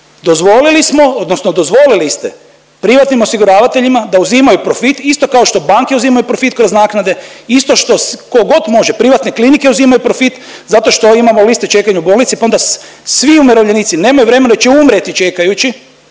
Dozvolili smo odnosno dozvolili ste privatnim osiguravateljima da uzimaju profit isto kao što banke uzimaju profit kroz naknade isto što tko god može privatne klinike uzimaju profit zato što imamo liste čekanja u bolnici pa onda svi umirovljenici nemaju vremena jer će umrijeti čekajući